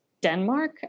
Denmark